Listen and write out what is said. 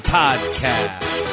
podcast